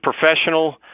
professional